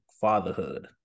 fatherhood